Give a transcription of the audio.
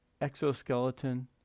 exoskeleton